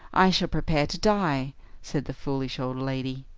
i shall prepare to die said the foolish old lady.